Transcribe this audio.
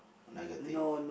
negative